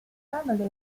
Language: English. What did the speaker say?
family